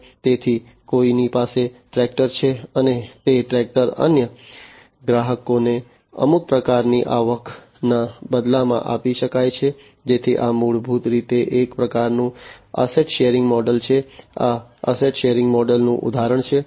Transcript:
તેથી કોઈની પાસે ટ્રેક્ટર છે અને તે ટ્રેક્ટર અન્ય ગ્રાહકોને અમુક પ્રકારની આવકના બદલામાં આપી શકાય છે જેથી આ મૂળભૂત રીતે એક પ્રકારનું એસેટ શેરિંગ મોડલ છે આ એસેટ શેરિંગ મોડલ નું ઉદાહરણ છે